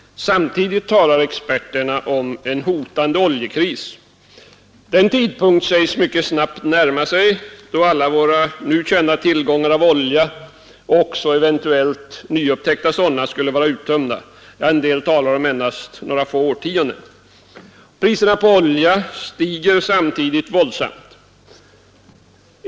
Samtidigt talar experterna om en hotande oljekris. Den tidpunkt sägs mycket snabbt närma sig, då alla våra nu kända tillgångar av olja och eventuellt också nyupptäckta sådana skulle vara uttömda — ja, en del talar t.o.m. om några få årtionden. Priserna på olja stiger samtidigt våldsamt.